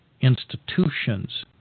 institutions